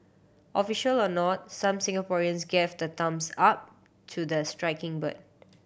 official or not some Singaporeans gave the thumbs up to the striking bird